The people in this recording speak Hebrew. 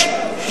למשל,